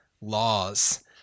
laws